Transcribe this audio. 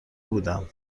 بودم